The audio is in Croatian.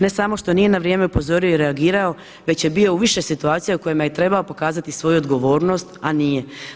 Ne samo što nije na vrijeme upozorio i reagirao već je bio u više situacija u kojima je trebao pokazati svoju odgovornost a nije.